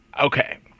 Okay